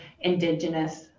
indigenous